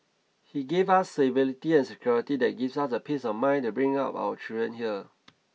he gave us stability and security that gives us the peace of mind to bring up our children here